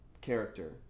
character